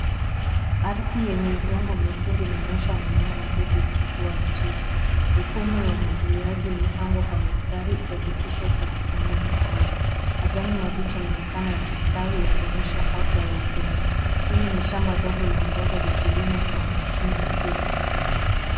Ardhi yenye udongo mwekundu inaonyesha mimea midogo ikikua vizuri. Mifumo ya umwagiliaji imepangwa kwa mistari ikihakikisha upatikanaji wa maji. Majani mabichi yanaonekana yakistawi yakionyesha afya ya udongo. Hili ni shamba dogo la mboga likilimwa kwa umakini mkubwa.